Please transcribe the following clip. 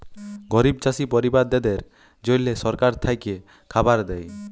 গরিব চাষী পরিবারদ্যাদের জল্যে সরকার থেক্যে খাবার দ্যায়